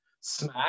smack